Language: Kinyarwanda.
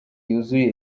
yuzuye